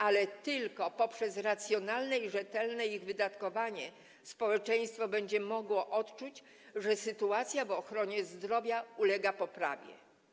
Ale tylko poprzez racjonalne i rzetelne ich wydatkowanie społeczeństwo będzie mogło odczuć, że sytuacja w ochronie zdrowia ulega poprawie.